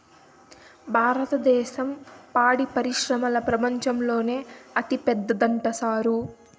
భారద్దేశం పాడి పరిశ్రమల ప్రపంచంలోనే అతిపెద్దదంట సారూ